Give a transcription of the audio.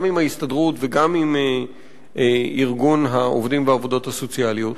גם עם ההסתדרות וגם עם ארגון העובדים והעובדות הסוציאליים,